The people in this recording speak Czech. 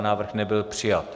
Návrh nebyl přijat.